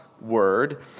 Word